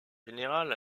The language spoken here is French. général